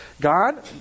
God